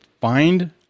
find